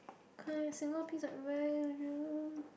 kind single piece of advice would you